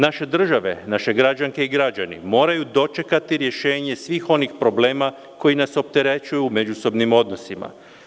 Naše države, naše građanke i građani moraju dočekati riješenje svih onih problema koji nas opterećuju u međusobnim odnosima.